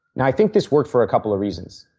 and i think this works for a couple of reasons.